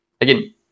Again